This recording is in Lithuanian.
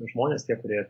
žmonės tie kurie